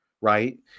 right